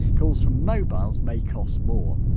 calls from mobiles may cost more.